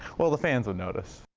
well, the fans would notice.